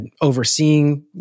overseeing